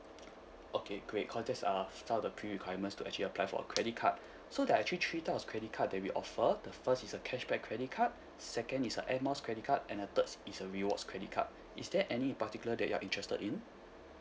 okay great cause there's err some of the pre requirements to actually apply for a credit card so there are actually three types of credit card that we offer the first is a cashback credit card second is a air miles credit card and the third is a rewards credit card is there any particular that you're interested in